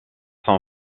son